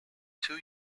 two